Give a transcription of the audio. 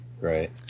right